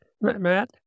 Matt